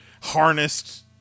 harnessed